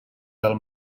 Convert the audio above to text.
del